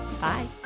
Bye